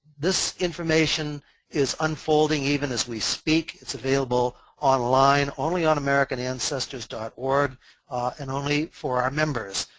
this information is unfolding even as we speak. it's available online only on american ancestors dot org and only for our members.